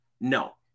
No